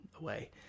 away